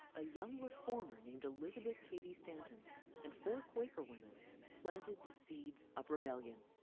a young reformer named elizabeth cady stanton and four quaker women planted the seeds of rebellion.